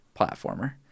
platformer